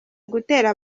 ugutera